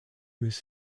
his